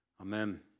Amen